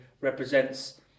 represents